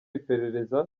iperereza